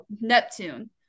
Neptune